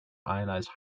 ionized